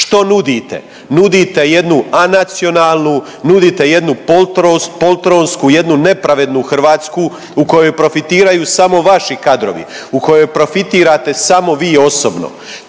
Što nudite? Nudite jednu anacionalnu, nudite jednu poltronsku, jednu nepravednu Hrvatsku u kojoj profitiraju samo vaši kadrovi, u kojoj profitirate samo vi osobno.